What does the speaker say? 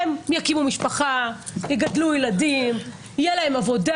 הם יקימו משפחה, יגדלו ילדים, תהיה להם עבודה.